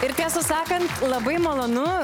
ir tiesą sakant labai malonu